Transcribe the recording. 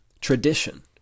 Tradition